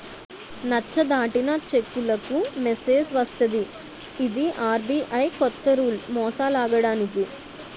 నచ్చ దాటిన చెక్కులకు మెసేజ్ వస్తది ఇది ఆర్.బి.ఐ కొత్త రూల్ మోసాలాగడానికి